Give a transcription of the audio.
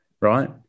right